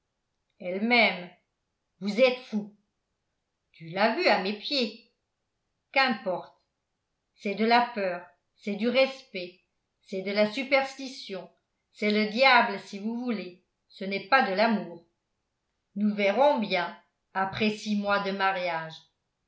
m'aime vous êtes fou tu l'as vue à mes pieds qu'importe c'est de la peur c'est du respect c'est de la superstition c'est le diable si vous voulez ce n'est pas de l'amour nous verrons bien après six mois de mariage